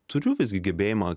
turiu visgi gebėjimą